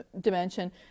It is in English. dimension